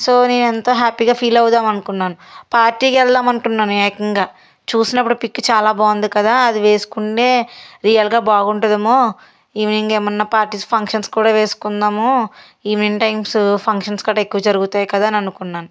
so నేను ఎంతో హ్యాపీగా ఫీల్ అవుదామనుకున్నాను పార్టీకెల్దామనుకున్నాను ఏకంగా చూసినప్పుడు పిక్ చాలా బాగుంది కదా అది వేసుకునే రియల్గా బాగుంటుందేమో ఈవినింగ్ ఎమన్నా పార్టీస్ ఫంక్షన్స్ కూడా వేసుకుందాము ఈవినింగ్ టైమ్స్ ఫంక్షన్స్ కట్ట ఎక్కువ జరుగుతాయి కదా అని అనుకున్నాను